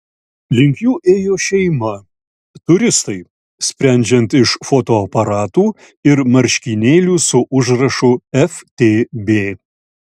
link jų ėjo šeima turistai sprendžiant iš fotoaparatų ir marškinėlių su užrašu ftb